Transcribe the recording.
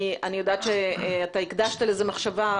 אני יודעת שאתה הקדשת לזה מחשבה.